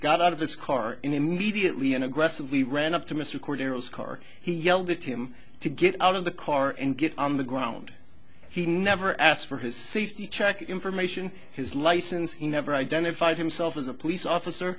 got out of this car immediately and aggressively ran up to mr cornell's car he yelled at him to get out of the car and get on the ground he never asked for his safety check information his license he never identified himself as a police officer